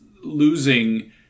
losing